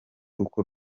uko